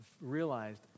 Realized